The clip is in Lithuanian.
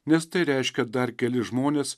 nes tai reiškia dar kelis žmones